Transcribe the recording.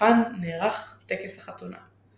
ובסופן נערך טקס החתונה.